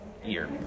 Year